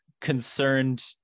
concerned